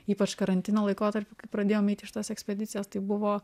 ypač karantino laikotarpiu kai pradėjom eit į šitas ekspedicijas tai buvo